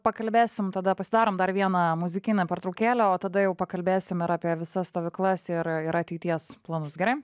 pakalbėsim tada pasidarom dar vieną muzikinę pertraukėlę o tada jau pakalbėsim ir apie visas stovyklas ir ir ateities planus gerai